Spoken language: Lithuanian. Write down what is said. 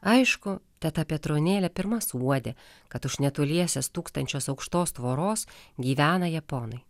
aišku teta petronėlė pirma suuodė kad už netoliese stūkstančios aukštos tvoros gyvena japonai